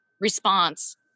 response